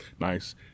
Nice